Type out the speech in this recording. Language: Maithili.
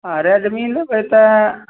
हँ रेडमी लेबै तऽ